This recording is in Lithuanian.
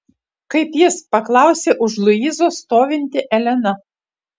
kaip jis paklausė už luizos stovinti elena